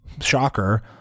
shocker